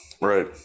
right